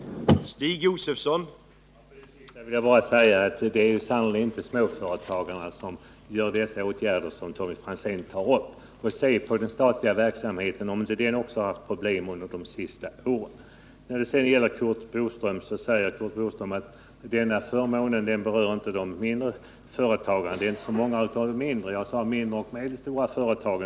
Herr talman! Jag vill till detta bara säga att det sannerligen inte är småföretagarna som vidtar de åtgärder som Tommy Franzén tar upp. Om vi ser på den statliga verksamheten kan vi inte förneka att också den haft problem under de senaste åren. Curt Boström sade att reduceringsreglerna inte var speciellt anpassade till de mindre företagen. Men det är inte fråga om enbart de mindre företagen, utan jag talade om mindre och medelstora företag.